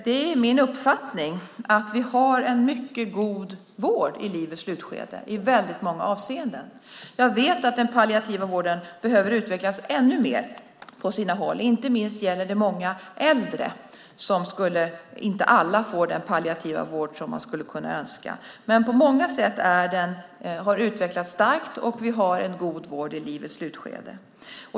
Det är min uppfattning att vi har en mycket god vård i livets slutskede i många avseenden. Jag vet att den palliativa vården behöver utvecklas ännu mer på sina håll. Inte minst gäller det många äldre, som inte alla får den palliativa vård man skulle kunna önska. Men på många sätt har detta utvecklats starkt, och vi har en god vård i livets slutskede.